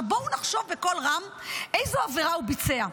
עכשיו בואו נחשוב בקול רם איזו עבירה הוא ביצע?